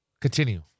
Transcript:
Continue